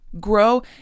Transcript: Grow